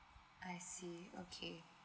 I see okay